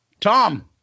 Tom